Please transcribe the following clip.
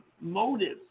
motives